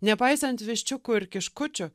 nepaisant viščiukų ir kiškučių